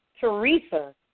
Teresa